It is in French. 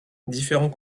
différents